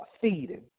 feeding